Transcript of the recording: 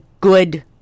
good